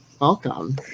welcome